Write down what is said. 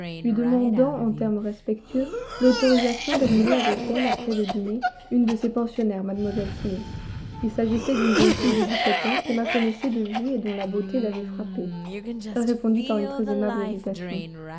lui demandant en termes respectueux l'autorisation d'amener avec elle après le dîner une de ses pensionnaires mlle smith il s'agissait d'une jeune fille de dix-sept ans qu'emma connaissait de vue et dont la beauté l'avait frappée elle répondit par une très aimable invitation